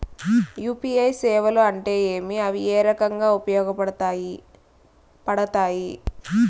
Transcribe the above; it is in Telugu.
యు.పి.ఐ సేవలు అంటే ఏమి, అవి ఏ రకంగా ఉపయోగపడతాయి పడతాయి?